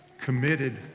committed